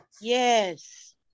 yes